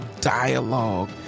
dialogue